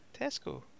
Tesco